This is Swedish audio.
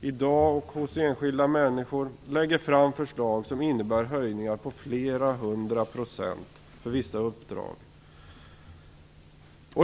i landet för enskilda människor lägger man fram förslag som innebär höjningar på flera hundra procent för vissa uppdrag.